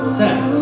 sex